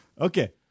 Okay